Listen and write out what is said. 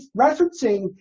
referencing